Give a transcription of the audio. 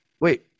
Wait